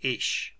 ich